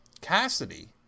Cassidy